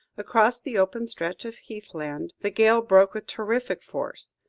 across the open stretch of heathland, the gale broke with terrific force,